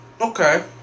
okay